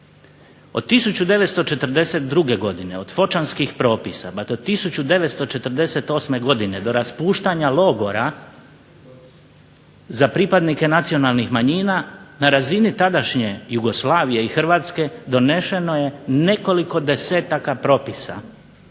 Od 1942. godine od Fočanskih propisa pa do 1948. godine do raspuštanja logora za pripadnike nacionalnih manjina na razini tadašnje Jugoslavije i Hrvatske donošeno je nekoliko desetaka propisa